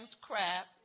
crap